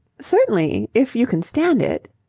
certainly, if you can stand it.